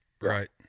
Right